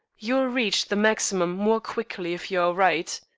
you will reach the maximum more quickly if you are right.